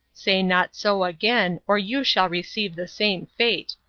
say not so again, or you shall receive the same fate.